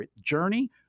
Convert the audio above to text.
journey